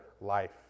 life